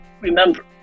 Remember